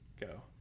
go